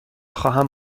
خواهم